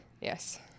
Yes